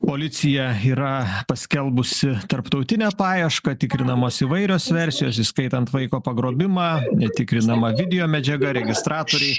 policija yra paskelbusi tarptautinę paiešką tikrinamos įvairios versijos įskaitant vaiko pagrobimą netikrinama videomedžiaga registratoriai